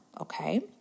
Okay